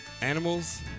Animals